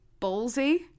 ballsy